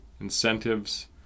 incentives